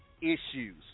issues